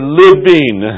living